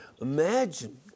Imagine